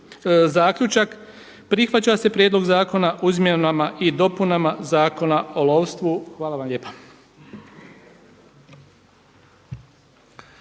zaključak, prihvaća se Prijedlog zakona o izmjenama i dopunama Zakona o lovstvu. Hvala vam lijepa.